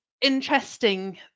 interesting